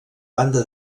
banda